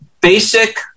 basic